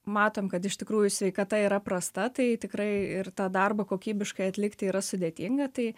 matom kad iš tikrųjų sveikata yra prasta tai tikrai ir tą darbą kokybiškai atlikti yra sudėtinga tai